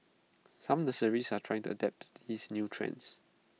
some nurseries are trying to adapt these new trends